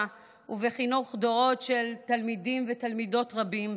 ובחינוך דורות של תלמידים ותלמידות רבים.